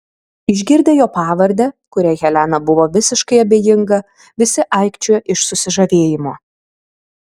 išgirdę jo pavardę kuriai helena buvo visiškai abejinga visi aikčiojo iš susižavėjimo